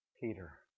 Peter